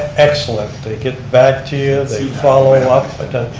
excellent, they get back to you, they follow and up.